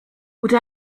would